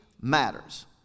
matters